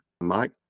Mike